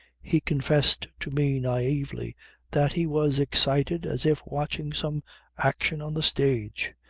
he confessed to me naively that he was excited as if watching some action on the stage.